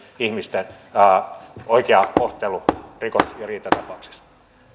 ihmisten oikea kohtelu rikos ja riitatapauksissa